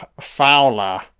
Fowler